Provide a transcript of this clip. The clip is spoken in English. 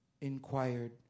inquired